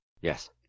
Yes